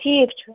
ٹھیٖک چھُ